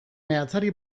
meatzari